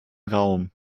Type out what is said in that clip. raum